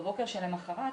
בבוקר שלמוחרת,